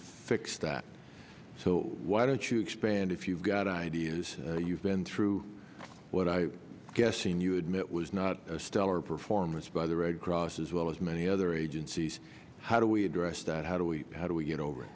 fix that so why don't you expand if you've got ideas you've been through what i guess seen you admit was not a stellar performance by the red cross as well as many other agencies how do we address that how do we how do we get over